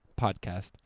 podcast